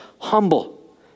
humble